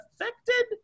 affected